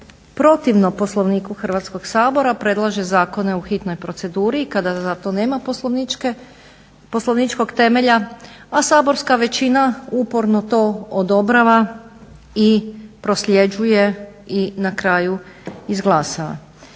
protivno Poslovniku Hrvatskog sabora predlaže zakone u hitnoj proceduri i kada za to nema poslovničkog temelja, a saborska većina uporno to odobrava i prosljeđuje i na kraju izglasa.